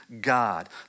God